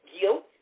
guilt